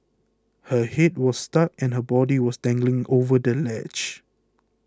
her head was stuck and her body was dangling over the ledge